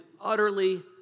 utterly